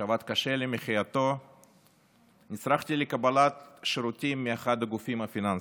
שעבד קשה למחייתו ונצרכתי לקבלת שירותים מאחד הגופים הפיננסיים.